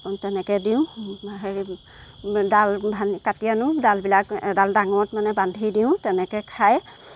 তেনেকৈ দিওঁ হেৰি ডাল ভা কাটি আনো ডালবিলাক এডাল দাংত মানে বান্ধি দিওঁ তেনেকৈ খায়